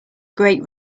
great